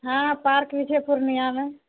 हँ पार्क भी छै पूर्णियामे